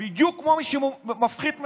בדיוק כמו מי שמפחית מהחוק.